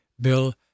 Bill